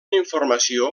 informació